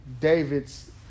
David's